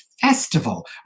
festival